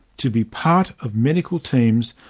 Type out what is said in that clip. to be part of medical teams,